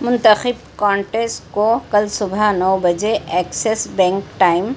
منتخب کانٹیس کو کل صبح نو بجے ایکسس بینک ٹائم